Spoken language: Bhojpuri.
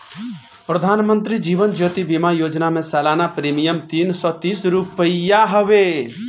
प्रधानमंत्री जीवन ज्योति बीमा योजना में सलाना प्रीमियम तीन सौ तीस रुपिया हवे